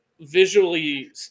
visually